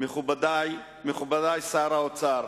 מכובדי שר האוצר,